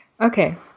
okay